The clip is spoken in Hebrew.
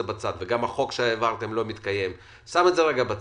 אני שם את זה רגע בצד.